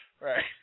Right